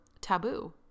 taboo